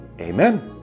Amen